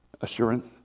Assurance